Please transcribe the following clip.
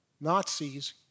Nazis